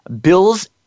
Bills